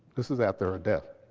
this is after a death.